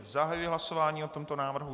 Zahajuji hlasování o tomto návrhu.